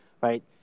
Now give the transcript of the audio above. right